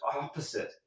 opposite